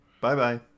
Bye-bye